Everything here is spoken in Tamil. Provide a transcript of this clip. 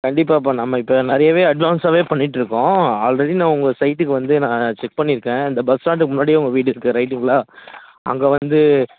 கண்டிப்பாகப்பா நம்ம இப்போ நிறையாவே அட்வான்ஸாகவே பண்ணிகிட்டுருக்கோம் ஆல்ரெடி நான் உங்கள் சைட்டுக்கு வந்து நான் செக் பண்ணியிருக்கேன் இந்த பஸ் ஸ்டாண்டுக்கு முன்னாடியே உங்கள் வீடு இருக்குது ரைட்டுங்களா அங்கே வந்து